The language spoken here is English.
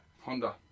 Honda